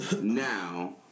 now